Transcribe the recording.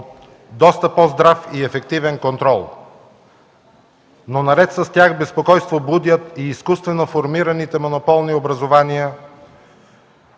от доста по-здрав и ефективен контрол, но наред с тях безпокойство будят и изкуствено формираните монополни образувания,